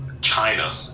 China